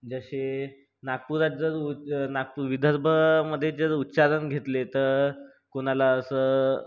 जसे नागपुरात जर उ नागपूर विदर्भामध्ये जर उच्चारण घेतले तर कुणाला असं